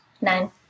Nine